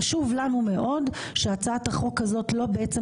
חשוב לנו מאוד שהצעת החוק הזאת לא בעצם